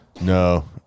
No